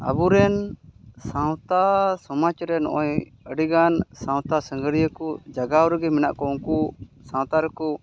ᱟᱵᱚᱨᱮᱱ ᱥᱟᱶᱛᱟ ᱥᱚᱢᱟᱡᱽ ᱨᱮ ᱱᱚᱜᱼᱚᱭ ᱟᱹᱰᱤ ᱜᱟᱱ ᱥᱟᱶᱛᱟ ᱥᱟᱸᱜᱟᱹᱨᱤᱭᱟᱹ ᱠᱚ ᱡᱟᱜᱟᱣ ᱨᱮᱜᱮ ᱢᱮᱱᱟᱜ ᱠᱚᱣᱟ ᱩᱱᱠᱩ ᱥᱟᱶᱛᱟ ᱨᱮᱠᱚ